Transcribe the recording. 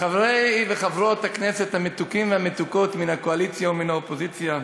חברי וחברות הכנסת המתוקים והמתוקות מן הקואליציה ומן האופוזיציה,